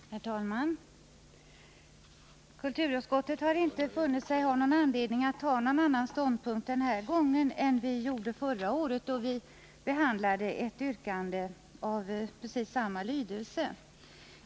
Herr talman! Kulturutskottet har inte funnit anledning att inta en annan ståndpunkt än förra året då vi behandlade ett yrkande av precis samma lydelse.